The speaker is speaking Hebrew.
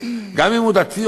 גם אם הוא דתי,